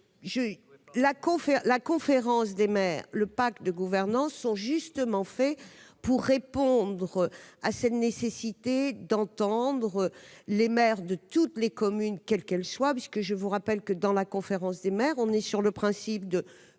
la conférence des maires et le pacte de gouvernance sont justement faits pour répondre à cette nécessité d'entendre les maires de toutes les communes, quelles qu'elles soient. En effet, je vous rappelle que la conférence des maires fonctionne sur le principe «